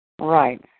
Right